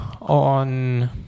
on